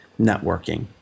networking